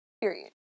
Period